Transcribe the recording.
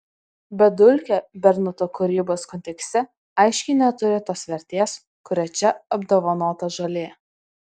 bet dulkė bernoto kūrybos kontekste aiškiai neturi tos vertės kuria čia apdovanota žolė